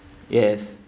yes